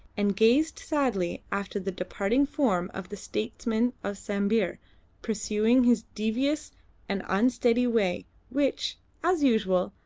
and gazed sadly after the departing form of the statesman of sambir pursuing his devious and unsteady way, which, as usual,